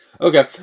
Okay